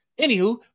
Anywho